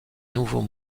nouveau